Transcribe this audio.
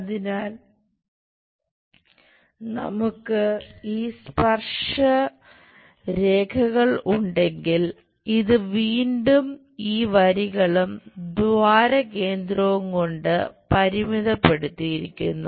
അതിനാൽ നമുക്ക് ഈ സ്പർശ രേഖകൾ ഉണ്ടെങ്കിൽ ഇത് വീണ്ടും ഈ വരികളും ദ്വാര കേന്ദ്രവും കൊണ്ട് പരിമിതപ്പെടുത്തിയിരിക്കുന്നു